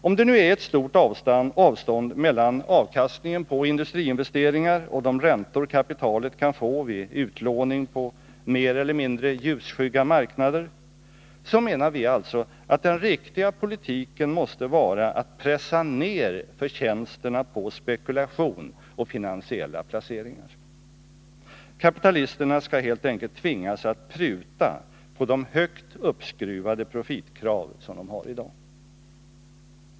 Om det nu är ett stort avstånd mellan avkastningen på industriinvesteringar och de räntor kapitalet kan få vid utlåning på mer eller mindre ljusskygga marknader, så menar vi alltså att den riktiga politiken måste vara att pressa ned förtjänsterna på spekulation och finansiella placeringar. Kapitalisterna skall helt enkelt tvingas att pruta på de högt uppskruvade profitkrav som de har i dag.